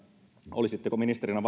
olisitteko ministerinä